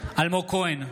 אלמוג כהן,